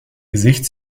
gesicht